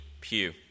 pew